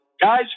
guys